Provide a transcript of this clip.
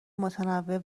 متنوع